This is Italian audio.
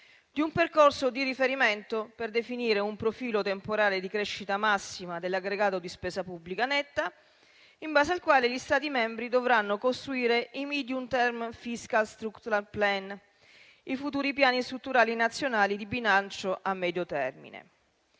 di un percorso di riferimento per definire un profilo temporale di crescita massima dell'aggregato di spesa pubblica netta, in base al quale gli Stati membri dovranno costruire i *medium-term fiscal structural plans*, ossia i futuri piani strutturali nazionali di bilancio a medio termine.